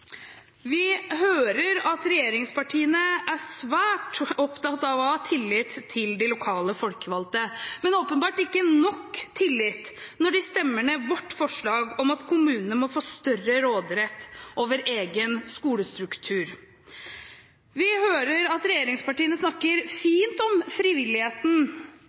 Vi hører at regjeringspartiene er svært opptatt av å ha tillit til de lokale folkevalgte – men åpenbart ikke nok tillit, når de stemmer ned vårt forslag om at kommunene må få større råderett over egen skolestruktur. Vi hører at regjeringspartiene snakker fint om frivilligheten,